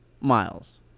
Miles